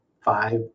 five